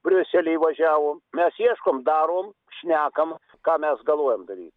briuselį važiavom mes ieškom darom šnekam ką mes galvojam daryt